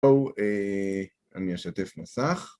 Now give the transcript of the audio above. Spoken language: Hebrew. בואו אני אשתף מסך